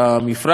כמו גם עידוד,